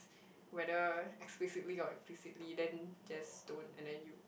whether explicitly or implicitly then just don't and then you